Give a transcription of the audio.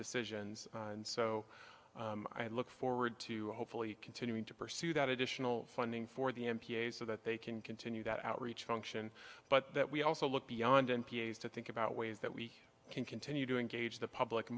decisions and so i look forward to hopefully continuing to pursue that additional funding for the n p a so that they can continue that outreach function but that we also look beyond n p s to think about ways that we can continue to engage the public